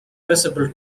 visible